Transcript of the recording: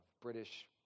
British